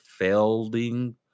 felding